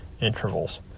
intervals